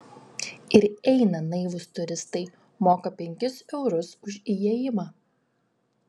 ir eina naivūs turistai moka penkis eurus už įėjimą